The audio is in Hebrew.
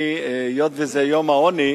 היות שזה יום העוני,